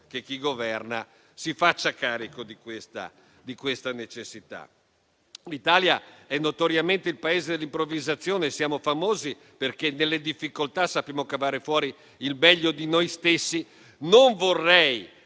L'Italia è notoriamente il Paese dell'improvvisazione, siamo famosi perché nelle difficoltà sappiamo tirar fuori il meglio di noi stessi.